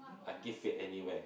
I give it anyway